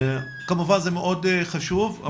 כמובן זה מאוד חשוב,